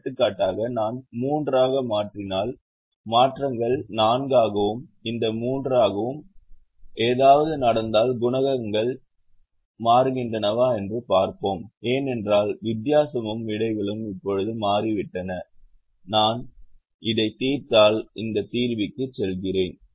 எடுத்துக்காட்டாக நான் 3 ஆக மாற்றினால் மாற்றங்கள் 4 ஆகவும் இதை 3 ஆக மாற்றவும் ஏதாவது நடந்தால் குணகங்கள் மாறுகின்றனவா என்று பார்ப்போம் ஏனென்றால் வித்தியாசமும் விடைகளும் இப்போது மாறிவிட்டன நான் இதைத் தீர்த்தால் இந்த தீர்விக்குச் செல்கிறேன்